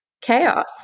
chaos